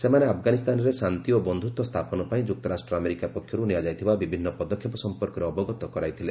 ସେମାନେ ଆଫଗାନିସ୍ତାନରେ ଶାନ୍ତି ଓ ବନ୍ଧୁତ୍ୱ ସ୍ଥାପନ ପାଇଁ ଯୁକ୍ତରାଷ୍ଟ୍ର ଆମେରିକା ପକ୍ଷରୁ ନିଆଯାଇଥିବା ବିଭିନ୍ନ ପଦକ୍ଷେପ ସମ୍ପର୍କରେ ଅବଗତ କରାଇଥିଲେ